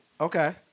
Okay